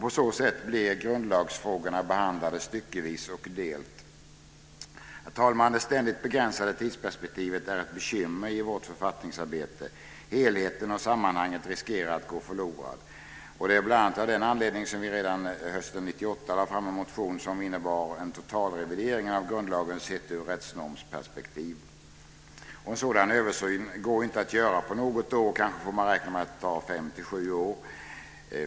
På så sätt blir grundlagsfrågorna behandlade Herr talman! Det ständigt begränsade tidsperspektivet är ett bekymmer i vårt författningsarbete. Helheten och sammanhanget riskerar att gå förlorat. Det är bl.a. av den anledningen som vi hösten 1998 lade fram en motion som innebär en totalrevidering av grundlagen sett ur ett rättsnormsperspektiv. En sådan översyn går inte att göra på något år, kanske får man räkna med att det tar fem till sju år.